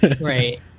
right